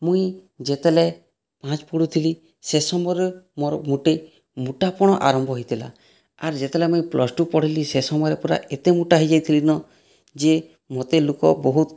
ମୁଇଁ ଯେତେବେଲେ ପାଞ୍ଚ୍ ପଢ଼ୁଥିଲି ସେ ସମୟରେ ମୋର୍ ଗୁଟେ ମୋଟାପଣ ଆରମ୍ଭ ହୋଇଥିଲା ଆର୍ ଯେତେବେଲେ ମୁଇଁ ପ୍ଲସ୍ ଟୁ ପଢ଼୍ଲି ସେ ସମୟରେ ପୁରା ଏତେ ମୋଟା ହେଇଯାଇଥିଲିନ ଯେ ମତେ ଲୋକ ବହୁତ୍